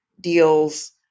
deals